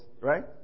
right